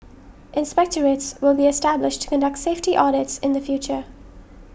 inspectorates will be established to conduct safety audits in the future